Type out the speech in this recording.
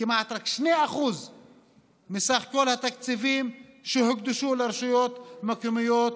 כמעט רק 2% מסך התקציבים שהוקצו לרשויות מקומיות